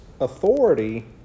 authority